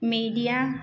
media